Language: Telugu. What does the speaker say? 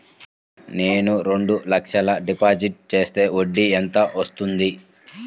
నేను రెండు లక్షల డిపాజిట్ చేస్తే వడ్డీ ఎంత వస్తుంది?